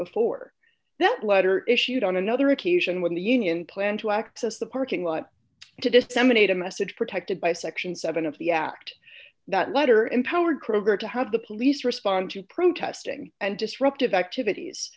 before that letter issued on another occasion when the union planned to access the parking lot to disseminate a message protected by section seven of the act that letter empowered kroeger to have the police respond to protesting and disruptive activities